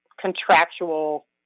contractual